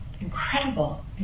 incredible